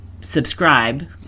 subscribe